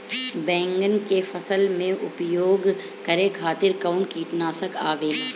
बैंगन के फसल में उपयोग करे खातिर कउन कीटनाशक आवेला?